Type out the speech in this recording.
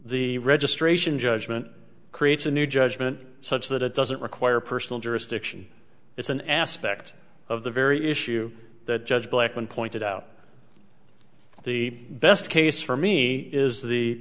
the registration judgment creates a new judgment such that it doesn't require personal jurisdiction it's an aspect of the very issue that judge blackman pointed out the best case for me is the